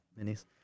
minis